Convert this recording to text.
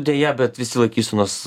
deja bet visi laikysenos